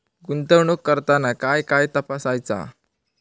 गुंतवणूक करताना काय काय तपासायच?